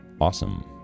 awesome